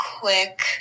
quick